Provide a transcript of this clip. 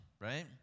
right